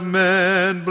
men